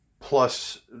plus